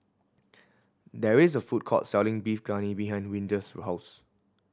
there is a food court selling Beef Galbi behind Windell's house